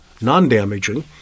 non-damaging